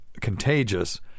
contagious